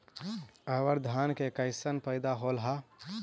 अबर धान के कैसन पैदा होल हा?